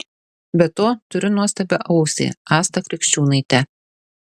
be to turiu nuostabią ausį astą krikščiūnaitę